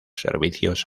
servicios